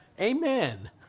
amen